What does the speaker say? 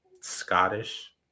Scottish